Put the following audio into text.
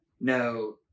No